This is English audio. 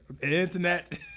internet